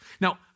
now